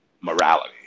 morality